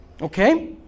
okay